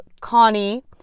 Connie